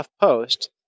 Post